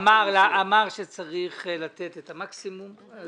הממונה אמר שצריך לתת את המקסימום.